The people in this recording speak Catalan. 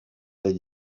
del